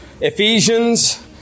Ephesians